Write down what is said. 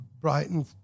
Brighton